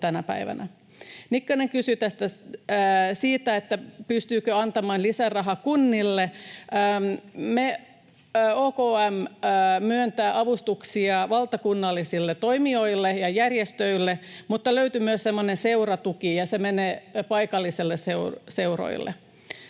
Nikkanen kysyi siitä, pystytäänkö antamaan lisärahaa kunnille. OKM myöntää avustuksia valtakunnallisille toimijoille ja järjestöille, mutta löytyy myös semmoinen seuratuki, ja se menee paikallisille seuroille.